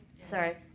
sorry